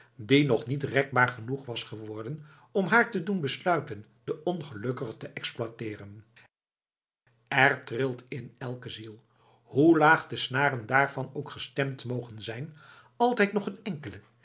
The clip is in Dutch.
die nog niet rekbaar genoeg was geworden om haar te doen besluiten den ongelukkige te exploiteeren er trilt in elke ziel hoe laag de snaren daarvan ook gestemd mogen zijn altijd nog een enkele